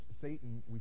Satan